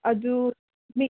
ꯑꯗꯨ ꯍꯤꯛ